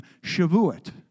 Shavuot